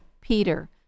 Peter